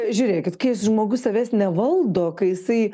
žiūrėkit jis žmogus savęs nevaldo kai jisai